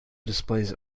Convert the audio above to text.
displays